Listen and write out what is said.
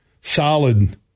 Solid